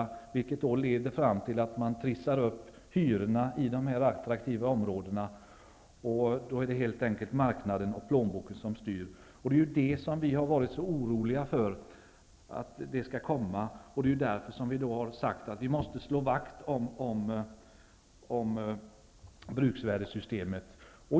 Det leder fram till att hyrorna trissas upp i dessa attraktiva områden. Då är det helt enkelt marknaden och plånboken som styr. Det är ju det som vi har varit så oroliga för, att det skall bli så. Därför måste vi slå vakt om bruksvärdessystemet.